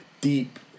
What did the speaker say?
deep